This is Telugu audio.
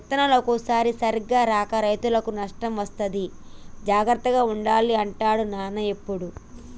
విత్తనాలు ఒక్కోసారి సరిగా రాక రైతుకు నష్టం వస్తది జాగ్రత్త పడాలి అంటాడు నాన్న ఎప్పుడు